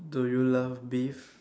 do you love beef